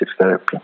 therapy